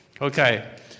Okay